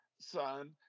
son